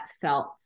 felt